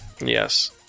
Yes